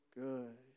good